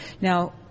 Now